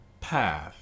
path